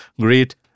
great